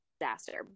disaster